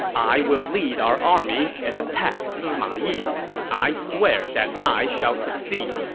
i will lead our army and attack sima yi, and i swear that i shall succeed.